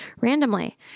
randomly